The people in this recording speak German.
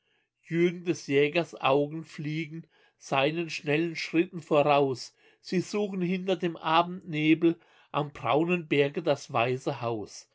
jürgen des jägers augen fliegen seinen schnellen schritten voraus sie suchen hinter dem abendnebel am braunen berge das weiße haus